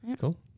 Cool